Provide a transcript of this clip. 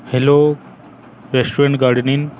hello restaurant garden inn